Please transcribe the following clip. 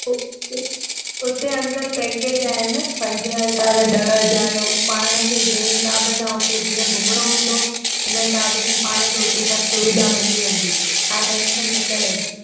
ओ उ हुते uncle package आहिनि पंज हज़ार ॾह हज़ार उ पाण खे जंहिं हिसाब सां हुते घुमणो हूंदो हिन हिसाब सां पाण खे हुते सभु सुविधा मिली वेंदी तव्हां टैंशन न कयो त